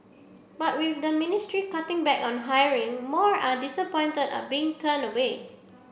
but with the ministry cutting back on hiring more are disappointed at being turned away